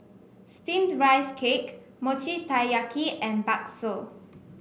Steamed Rice Cake Mochi Taiyaki and Bakso